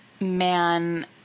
man